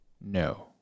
no